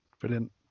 Brilliant